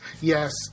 Yes